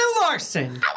Larson